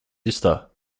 sister